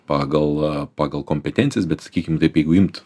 pagal pagal kompetencijas bet sakykim taip jeigu imt